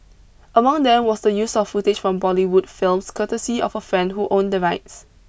among them was the use of footage from Bollywood films courtesy of a friend who owned the rights